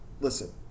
Listen